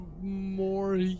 more